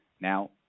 Now